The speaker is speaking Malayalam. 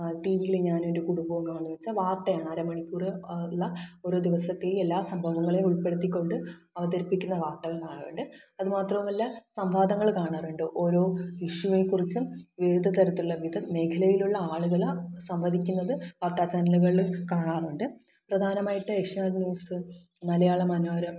അ ടിവിയിൽ ഞാനും എന്റെ കുടുംബവും കാണുന്നത് വെച്ചാൽ വാർത്തയാണ് അരമണിക്കൂർ ഉള്ള ഒരു ദിവസത്തിൽ എല്ലാ സംഭവങ്ങളെയും ഉൾപ്പെടുത്തിക്കൊണ്ട് അവതരിപ്പിക്കുന്ന വാർത്തകളാണ് അത് മാത്രവുമല്ല സംവാദങ്ങൾ കാണാറുണ്ട് ഓരോ ഇഷ്യുവിനെക്കുറിച്ചും വിവിധതരത്തിലുള്ള വിവിധ മേഖലകളിലുള്ള ആളുകൾ സംവദിക്കുന്നത് വാർത്താ ചാനലുകൾ കാണാറുണ്ട് പ്രധാനമായിട്ടും ഏഷ്യാനെറ്റ് ന്യൂസ് മലയാള മനോര